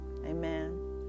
Amen